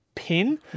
Pin